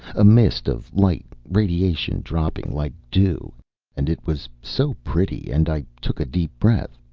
a mist of light, radiation dropping like dew and it was so pretty, and i took a deep breath.